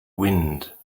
wind